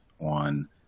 on